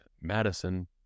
Madison